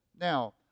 Now